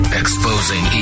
exposing